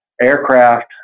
aircraft